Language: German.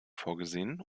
vorgesehen